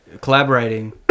collaborating